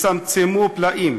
הצטמצמו פלאים